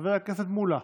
חבר הכנסת מולא,